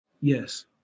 Yes